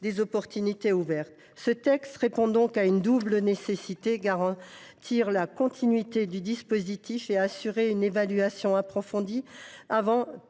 des opportunités offertes. Ce texte répond donc à une double nécessité : garantir la continuité du dispositif et une évaluation approfondie avant